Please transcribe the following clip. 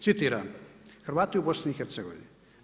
Citiram, Hrvati u BiH-u.